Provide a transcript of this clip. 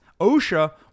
OSHA